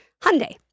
Hyundai